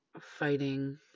fighting